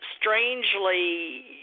strangely